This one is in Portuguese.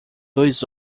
dois